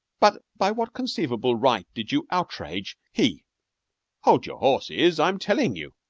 but by what conceivable right did you outrage he hold your horses. i'm telling you.